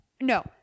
No